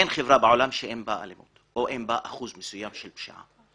אין חברה בעולם שאין בה אלימות או אין בה אחוז מסוים של פשיעה.